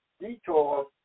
detours